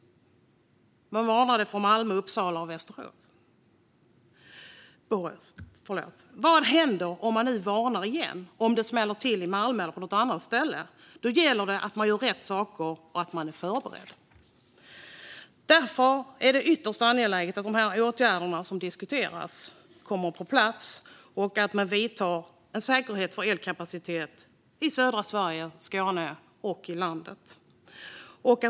Man varnade från Malmö, Uppsala och Borås. Vad händer om man nu varnar igen och om det smäller till i Malmö på något annat ställe? Då gäller det att man gör rätt saker och att man är förberedd. Därför är det ytterst angeläget att de åtgärder som diskuteras kommer på plats. Man måste vidta åtgärder för att säkra elkapaciteten i södra Sverige, Skåne och övriga landet.